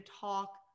talk